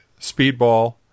Speedball